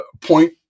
point